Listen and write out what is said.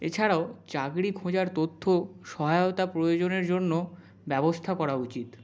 এছাড়াও চাকরি খোঁজার তথ্য সহায়তা প্রয়োজনের জন্য ব্যবস্থা করা উচিত